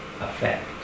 effect